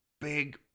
big